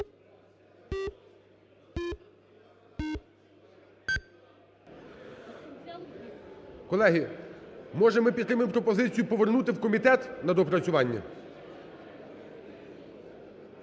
Колеги, може, ми підтримаємо пропозицію: повернути в комітет на доопрацювання?